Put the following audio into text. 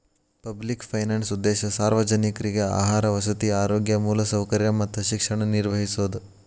public finance ಉದ್ದೇಶ ಸಾರ್ವಜನಿಕ್ರಿಗೆ ಆಹಾರ ವಸತಿ ಆರೋಗ್ಯ ಮೂಲಸೌಕರ್ಯ ಮತ್ತ ಶಿಕ್ಷಣ ನಿರ್ವಹಿಸೋದ